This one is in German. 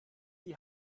die